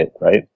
right